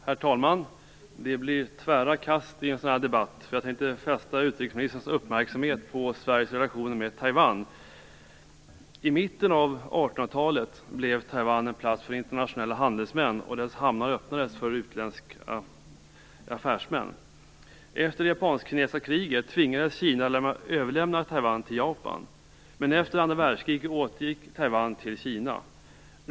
Herr talman! Det blir tvära kast i en sådan här debatt. Jag tänkte fästa utrikesministerns uppmärksamhet på Sveriges relationer med Taiwan. I mitten av 1800-talet blev Taiwan en plats för internationella handelsmän, och Taiwans hamnar öppnades för utländska affärsmän. Efter det japanskkinesiska kriget tvingades Kina överlämna Taiwan till Japan, men efter andra världskriget återgick Taiwan till Kina.